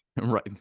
right